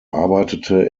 arbeitete